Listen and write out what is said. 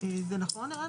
נכון ערן?